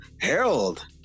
Harold